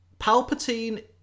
Palpatine